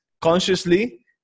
consciously